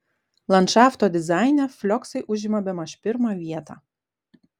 landšafto dizaine flioksai užima bemaž pirmą vietą